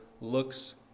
looks